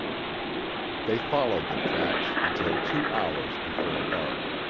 they followed the tracks until two hours before dark.